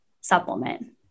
supplement